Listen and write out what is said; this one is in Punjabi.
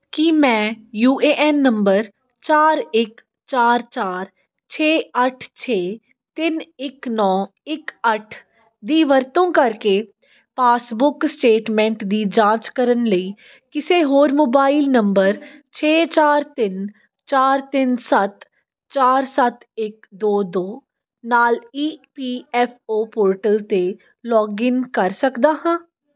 ਕੀ ਮੈਂ ਯੂ ਏ ਐੱਨ ਨੰਬਰ ਚਾਰ ਇੱਕ ਚਾਰ ਚਾਰ ਛੇ ਅੱਠ ਛੇ ਤਿੰਨ ਇੱਕ ਨੌ ਇੱਕ ਅੱਠ ਦੀ ਵਰਤੋਂ ਕਰਕੇ ਪਾਸਬੁੱਕ ਸਟੇਟਮੈਂਟ ਦੀ ਜਾਂਚ ਕਰਨ ਲਈ ਕਿਸੇ ਹੋਰ ਮੋਬਾਈਲ ਨੰਬਰ ਛੇ ਚਾਰ ਤਿੰਨ ਚਾਰ ਤਿੰਨ ਸੱਤ ਚਾਰ ਸੱਤ ਇੱਕ ਦੋ ਦੋ ਨਾਲ E P F O portal 'ਤੇ ਲੌਗਇਨ ਕਰ ਸਕਦਾ ਹਾਂ